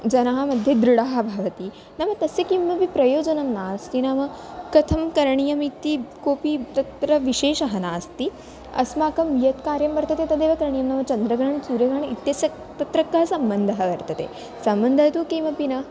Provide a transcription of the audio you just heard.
जनाः मध्ये दृढः भवति नाम तस्य किमपि प्रयोजनं नास्ति नाम कथं करणीयमिति कोपि तत्र विशेषः नास्ति अस्माकं यत् कार्यं वर्तते तदेव करणीयं नाम चन्द्रग्रहणं सूर्यग्रहणम् इत्यस्य तत्र कः सम्बन्धः वर्तते सम्बन्धः तु किमपि न